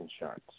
insurance